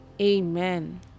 Amen